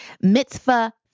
mitzvah